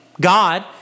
God